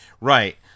Right